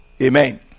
Amen